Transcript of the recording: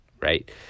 right